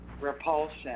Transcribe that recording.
repulsion